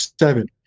seven